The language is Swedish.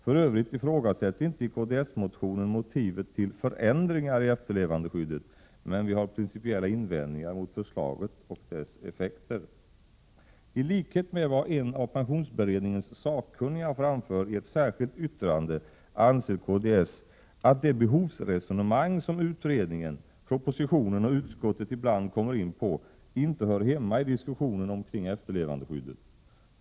För övrigt ifrågasätts inte i kds-motionen motivet till förändringar i efterlevandeskyddet, men vi har principiella invändningar mot förslaget och dess effekter. I likhet med vad en av pensionsberedningens sakkunniga framför i ett särskilt yttrande anser kds att det behovsresonemang som utredningen, propositionen och utskottet ibland kommer in på, inte hör hemma i diskussionen omkring efterlevandeskyddet.